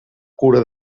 cura